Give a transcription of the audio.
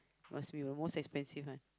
must be the most expensive one